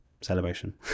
celebration